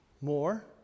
more